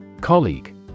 Colleague